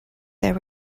there